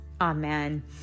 Amen